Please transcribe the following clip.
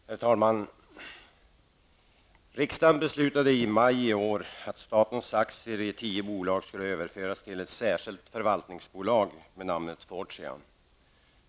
Herr talman! Riksdagen beslöt i maj i år att statens aktier i tio bolag skulle överföras till ett särskilt förvaltningsbolag med namnet Fortia.